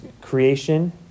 creation